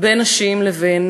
בין נשים לגברים.